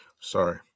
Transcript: Sorry